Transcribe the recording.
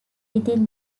within